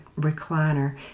recliner